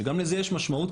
שגם לזה יש משמעות,